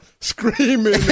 screaming